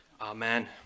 amen